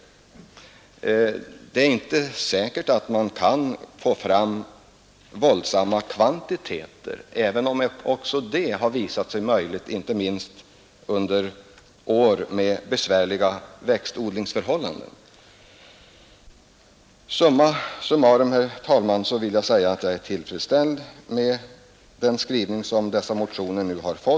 Det är inte säkert att man kan få fram så stora kvantiteter, även om också det har visat sig möjligt och detta inte minst under år med i övrigt besvärliga växtodlingsförhållanden. Summa summarum, herr talman, vill jag säga att jag är tillfredsställd med den skrivning som utskottet nu kommit med.